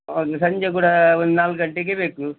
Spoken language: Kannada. ಹೌದು ಸಂಜೆ ಕೂಡ ಒಂದು ನಾಲ್ಕು ಗಂಟೆಗೆ ಬೇಕು